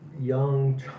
young